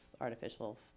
artificial